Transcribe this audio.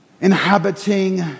inhabiting